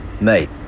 mate